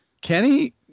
Kenny